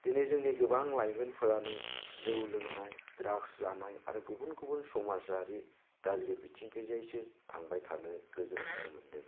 दिनै जोंनि गोबां लाइमोनफोरानो जौ लोंनाय द्राग्स जानाय आरो गुबुन गुबुन समाजारि गाज्रि बिथिंखैजायसो थांबाय थानायखौ जों नुनो मोनदों